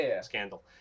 scandal